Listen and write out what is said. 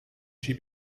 she